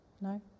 No